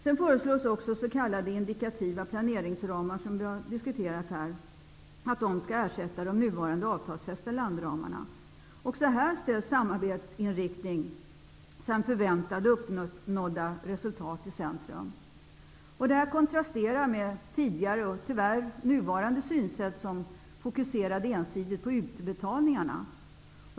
Vidare föreslås att s.k. indikativa planeringsramar, något som vi har diskuterat här, skall ersätta de nuvarande avtalsfästa landramarna. Också här ställs samarbetsinriktning samt förväntade och uppnådda resultat i centrum. Detta kontrasterar med tidigare och, tyvärr, nuvarande synsätt, som fokuserat ensidigt på utbetalningarna.